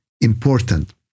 important